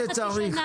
כמו שצריך.